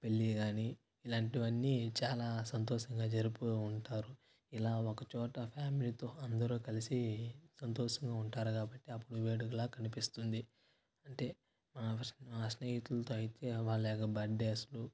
పెళ్లి కానీ ఇలాంటివన్నీ చాలా సంతోషంగా జరుపుతూ ఉంటారు ఇలా ఒకచోట ఫ్యామిలీతో అందరూ కలిసి సంతోషంగా ఉంటారు కాబట్టి అప్పుడు వేడుకలా కనిపిస్తుంది అంటే నా స్నేహితులతో అయితే వాళ్ళు యొక బండేసుకొని